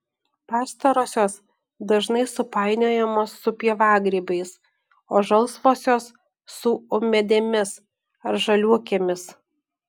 pastarosios dažnai supainiojamos su pievagrybiais o žalsvosios su ūmėdėmis ar žaliuokėmis